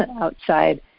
outside